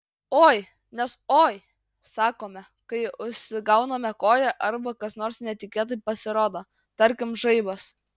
oi nes oi sakome kai užsigauname koją arba kas nors netikėtai pasirodo tarkim žaibas